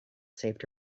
saved